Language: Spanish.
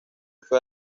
fue